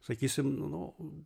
sakysim nu